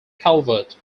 calvert